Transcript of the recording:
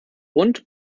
und